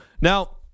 Now